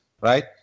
right